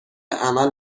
عمل